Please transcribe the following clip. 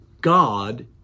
God